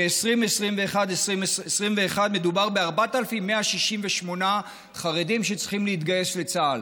ב-2021 מדובר ב-4,168 חרדים שצריכים להתגייס לצה"ל.